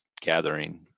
gathering